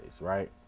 right